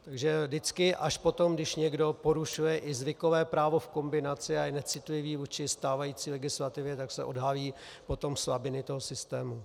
Takže vždycky potom, když někdo porušuje i zvykové právo v kombinaci a je necitlivý vůči stávající legislativě, tak se odhalí slabiny toho systému.